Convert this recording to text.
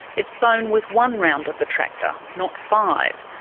it's sown with one round of the tractor, not five.